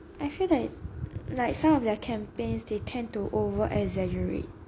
I feel that like some of their campaigns they tend to over exaggerate